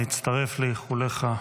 אני מצטרף לאיחוליך.